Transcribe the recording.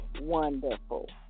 wonderful